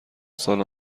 سال